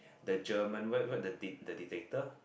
the German what what the the Dictator